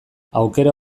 aukera